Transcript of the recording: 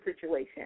situation